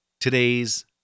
today's